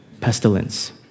pestilence